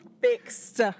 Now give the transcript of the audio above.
fixed